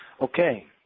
Okay